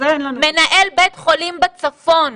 מנהל בית חולים בצפון,